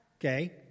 Okay